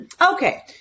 Okay